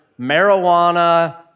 marijuana